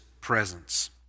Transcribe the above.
presence